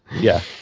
yeah.